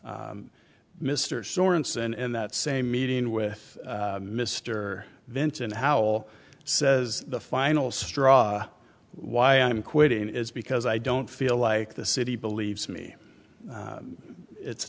by mr sorenson in that same meeting with mr vincent howell says the final straw why i'm quitting is because i don't feel like the city believes me it's